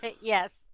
Yes